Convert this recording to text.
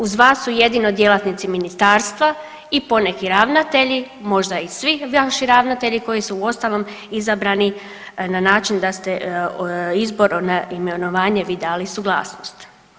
Uz vas su jedino djelatnici ministarstva i poneki ravnatelji, možda i svi vaši ravnatelji koji su uostalom izabrani na način da ste izbor na imenovanje vi dali suglasnost.